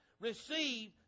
receive